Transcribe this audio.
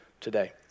today